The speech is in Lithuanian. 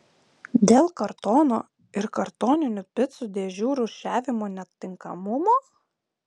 dėl kartono ir kartoninių picų dėžių rūšiavimo netinkamumo